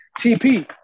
TP